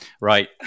right